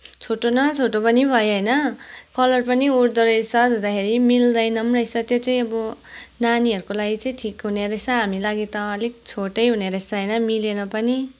छोटो न छोटो पनि भयो होइन कलर पनि उड्दो रहेछ धुँदाखेरि मिल्दैन पनि रहेछ त्यो चाहिँ अब नानीहरूको लागि चाहिँ ठिक हुने रहेछ हाम्रो लागि त अलिक छोटै हुने रहेछ होइन मिलेन पनि